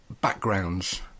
backgrounds